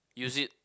use it